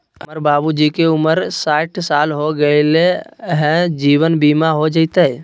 हमर बाबूजी के उमर साठ साल हो गैलई ह, जीवन बीमा हो जैतई?